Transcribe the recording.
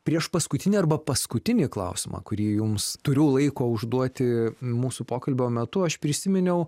priešpaskutinį arba paskutinį klausimą kurį jums turiu laiko užduoti mūsų pokalbio metu aš prisiminiau